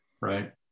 right